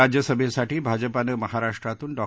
राज्यसभेसाठी भाजपानं महाराष्ट्रातून डॉ